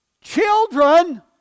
Children